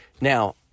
Now